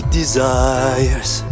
desires